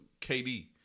KD